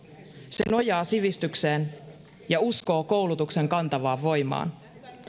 se nojaa sivistykseen ja uskoo koulutuksen kantavaan voimaan